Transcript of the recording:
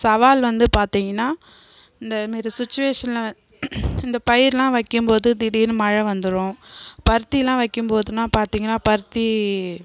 சவால் வந்து பார்த்தீங்கனா இந்தமாரி சிச்சுவேஷன்ல இந்த பயிரெலாம் வைக்கும்போது திடீர்னு மழை வந்துடும் பருத்தியெலாம் வைக்கும்போதுனா பார்த்தீங்கனா பருத்தி